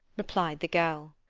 replied the girl,